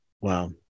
Wow